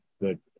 good